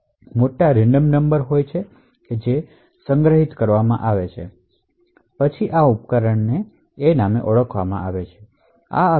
આ ઉપકરણોમાં મોટો રેન્ડમ નંબર હોય છે જે સંગ્રહિત થાય છે જે પછી ઉપકરણને ઓળખવા માટે વપરાય છે